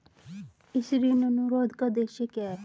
इस ऋण अनुरोध का उद्देश्य क्या है?